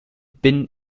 bin